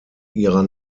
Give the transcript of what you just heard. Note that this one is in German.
ihrer